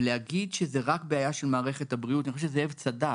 ולהגיד שזה רק בעיה של מערכת הבריאות אני חושב שזאב צדק